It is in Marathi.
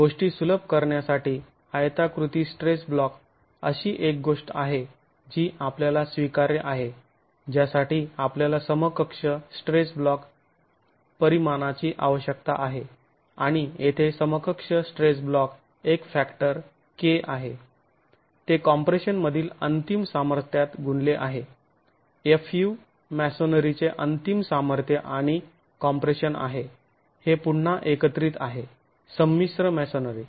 गोष्टी सुलभ करण्यासाठी आयताकृती स्ट्रेस ब्लॉक अशी एक गोष्ट आहे जी आपल्याला स्वीकार्य आहे ज्यासाठी आपल्याला समकक्ष स्ट्रेस ब्लॉक परिमाणाची आवश्यकता आहे आणि येथे समकक्ष स्ट्रेस ब्लॉक एक फॅक्टर k आहे ते कॉम्प्रेशन मधील अंतिम सामर्थ्यात गुणले आहे fu मॅसोनरीचे अंतिम सामर्थ्य आणि कॉम्प्रेशन आहे हे पुन्हा एकत्रित आहे संमिश्र मॅसोनरी